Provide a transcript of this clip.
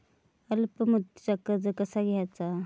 अल्प मुदतीचा कर्ज कसा घ्यायचा?